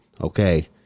okay